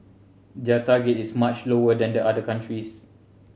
their target is much lower than the other countries